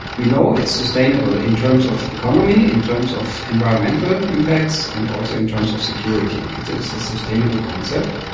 we know it's sustainable in terms of economy, in terms of environmental impacts, and also in terms of security. it is a sustainable concept.